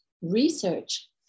research